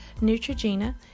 Neutrogena